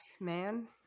man